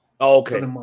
Okay